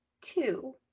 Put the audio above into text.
two